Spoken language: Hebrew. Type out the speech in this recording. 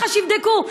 מח"ש יבדקו.